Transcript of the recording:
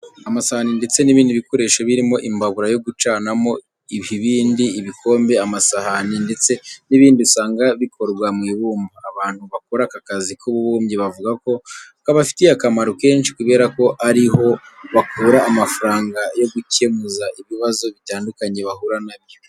Amasahane ndetse n'ibindi bikoresho birimo imbabura yo gucanamo, ibibindi, ibikombe, amasahani ndetse n'ibindi usanga bikorwa mu ibumba. Abantu bakora aka kazi k'ububumbyi bavuga ko kabafite akamaro kenshi kubera ko ari ho bakura amafaranga yo gukemuza ibibazo bitandukanye bahura na byo.